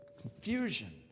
confusion